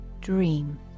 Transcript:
dream